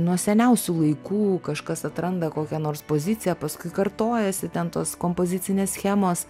nuo seniausių laikų kažkas atranda kokią nors poziciją paskui kartojasi ten tos kompozicinės schemos